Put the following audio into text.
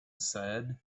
said